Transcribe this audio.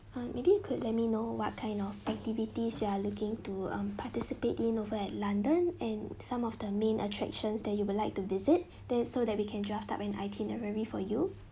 um maybe you could let me know what kind of activities you are looking to um participate in over at london and some of the main attractions that you would like to visit then so that we can draft up an itinerary for you